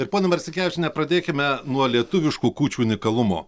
ir ponia marcinkevičiene pradėkime nuo lietuviškų kūčių unikalumo